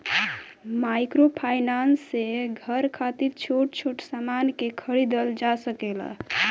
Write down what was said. microfinance से घर खातिर छोट छोट सामान के खरीदल जा सकेला